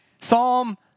Psalm